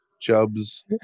chubs